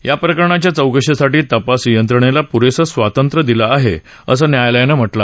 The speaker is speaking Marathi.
याप्रकरणाच्या चौकशीसाठी तपास यंत्रणेला पुरेसं स्वातंत्र्य दिलं आहे असं न्यायालयानं सांगितलं